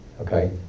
Okay